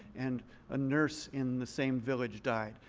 and a nurse in the same village died.